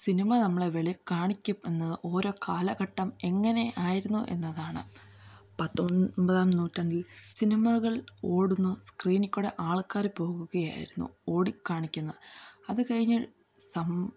cinema നമ്മളെ കാണിക്കും എന്ന ഓരോ കാലഘട്ടം എങ്ങനെ ആയിരുന്നു എന്നതാണ് പത്തൊൻപതാം നൂറ്റാണ്ടിൽ സിനിമകൾ ഓടുന്ന സ്ക്രീനില്ക്കൂടെ ആൾക്കാര് പോവുകയായിരുന്നു ഓടി കാണിക്കുന്ന അത് കഴിഞ്ഞ്